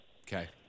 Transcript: Okay